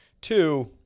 Two